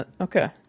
Okay